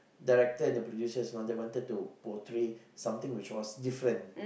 director and the producers you know they wanted to portray something which was different